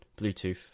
Bluetooth